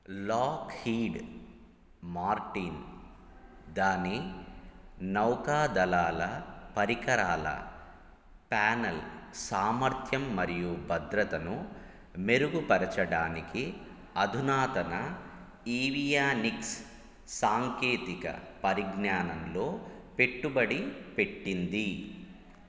lock heed Martin దాని నౌకాదళాల పరికరాల ప్యానెల్ సామర్థ్యం మరియు భద్రతను మెరుగుపరచడానికి అధునాతన ఈవియానిక్స్ సాంకేతిక పరిజ్ఞానంలో పెట్టుబడి పెట్టింది